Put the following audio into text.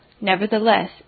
nevertheless